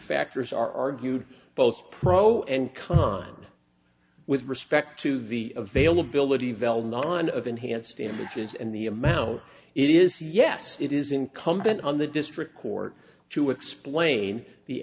factors are argued both pro and con with respect to the availability vel non of enhanced damages and the amount it is yes it is incumbent on the district court to explain the